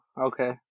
okay